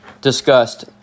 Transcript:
discussed